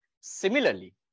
Similarly